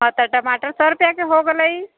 हँ तऽ टमाटर सए रुपैआके हो गेलै